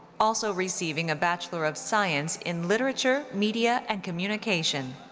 also receiving a bachelor of science in literature, media, and communication.